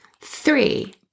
Three